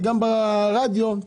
וגם ברדיו.